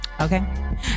Okay